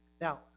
Now